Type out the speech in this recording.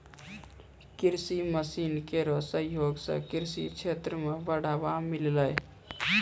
कृषि मसीन केरो सहयोग सें कृषि क्षेत्र मे बढ़ावा मिललै